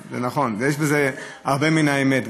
זה נכון, ויש בזה הרבה מן האמת.